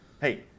Hey